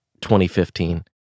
2015